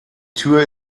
tür